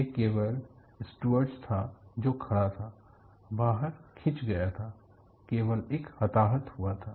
वह केवल स्टूवर्ड था जो खड़ा था बाहर खींच गया था केवल एक हताहत हुआ था